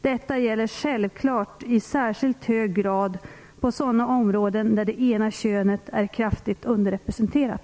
Detta gäller självklart i särskilt hög grad på sådana områden där det ena könet är kraftigt underrepresenterat.